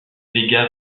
vega